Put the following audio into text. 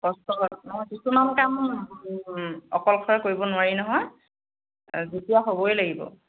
কষ্ট হয় অঁ কিছুমান কাম অকলশৰে কৰিব নোৱাৰি নহয় যুটীয়া হ'বই লাগিব